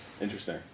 interesting